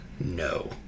No